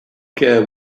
care